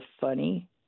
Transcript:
funny